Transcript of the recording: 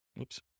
Oops